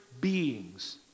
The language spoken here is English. beings